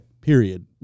Period